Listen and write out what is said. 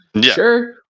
sure